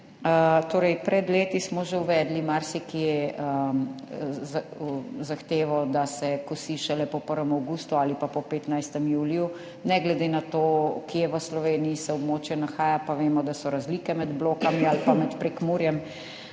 Pred leti smo marsikje že uvedli zahtevo, da se kosi šele po 1. avgustu ali po 15. juliju, ne glede na to, kje v Sloveniji se območje nahaja, pa vemo, da so razlike med Blokami ali pa med Prekmurjem.